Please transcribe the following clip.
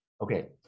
Okay